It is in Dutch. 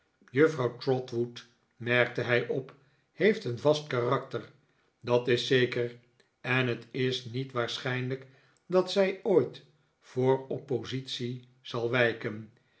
juffrouw trotwood merkte hij op heeft een vast karakter dat is zeker en het is niet waarschijnlijk dat zij ooit voor oppositie zal wijken